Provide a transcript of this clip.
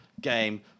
game